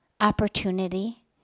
opportunity